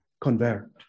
convert